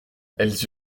elles